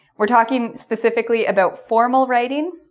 we're talking specifically about formal writing,